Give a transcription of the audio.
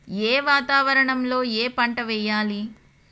ఏ వాతావరణం లో ఏ పంట వెయ్యాలి?